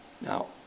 Now